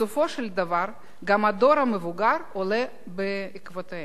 בסופו של דבר גם הדור המבוגר עולה בעקבותיהם,